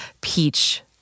peach